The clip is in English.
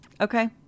Okay